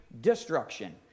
destruction